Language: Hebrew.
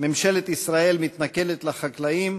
ממשלת ישראל מתנכלת לחקלאים,